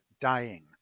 dying